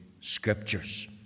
Scriptures